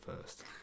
first